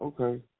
okay